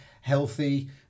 healthy